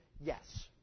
yes